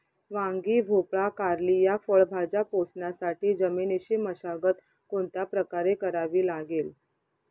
वांगी, भोपळा, कारली या फळभाज्या पोसण्यासाठी जमिनीची मशागत कोणत्या प्रकारे करावी लागेल?